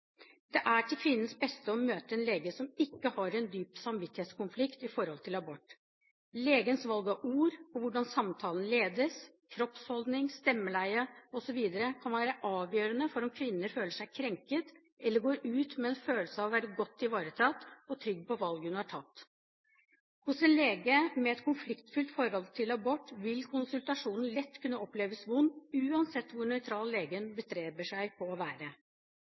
Det er til kvinnens beste å møte en lege som ikke har en dyp samvittighetskonflikt i forhold til abort. Legens valg av ord og hvordan samtalen ledes, kroppsholdning, stemmeleie osv., kan være avgjørende for om kvinnen føler seg krenket eller går ut med en følelse av å være godt ivaretatt og trygg på valget hun har tatt. Hos en lege med et konfliktfylt forhold til abort vil konsultasjonen lett kunne oppleves vond, uansett hvor nøytral legen bestreber seg på å være.